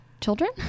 children